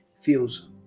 feels